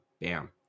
bam